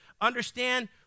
understand